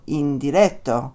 indiretto